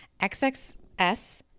XXS